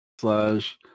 slash